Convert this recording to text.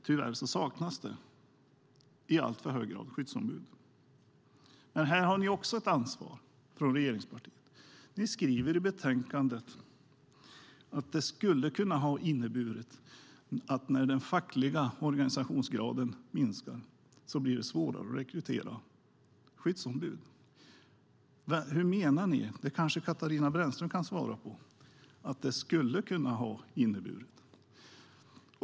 Tyvärr saknas det skyddsombud i alltför hög grad. Här har ni regeringspartier också ett ansvar. Ni skriver i betänkandet att det skulle kunna innebära att när den fackliga organisationsgraden minskar blir det svårare att rekrytera skyddsombud. Hur menar ni med "skulle kunna innebära"? Det kanske Katarina Brännström kan svara på.